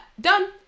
Done